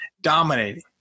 dominating